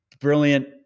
brilliant